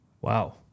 Wow